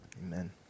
Amen